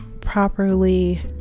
properly